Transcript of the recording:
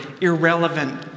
irrelevant